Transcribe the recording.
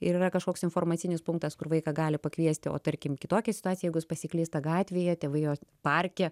ir yra kažkoks informacinis punktas kur vaiką gali pakviesti o tarkim kitokia situacija jeigu jis pasiklysta gatvėje tėvai jo parke